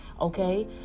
Okay